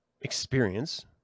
experience